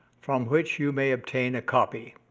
from which you may obtain a copy.